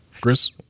Chris